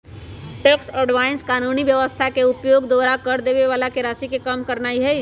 tax avoidance कानूनी व्यवस्था के उपयोग द्वारा कर देबे बला के राशि के कम करनाइ हइ